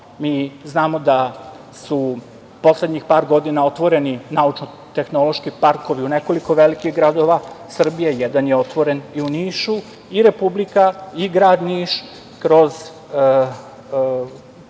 mi znamo da su poslednjih par godina otvoreni naučno-tehnološki parkovi u nekoliko velikih gradova Srbije, jedan je otvoren i u Nišu i Republika i grad Niš kroz